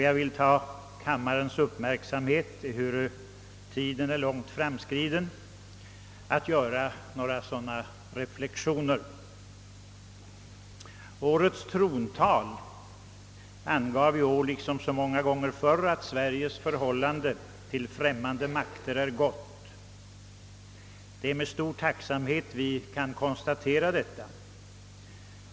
Jag vill ta kammarens uppmärksamhet i anspråk, ehuru tiden är långt framskriden, för att göra några sådana reflexioner. Årets trontal angav liksom så många tidigare att Sveriges förhållande till främmande makter är gott. Det är med stor tacksamhet vi kan konstatera detta.